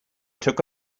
took